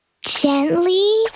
Gently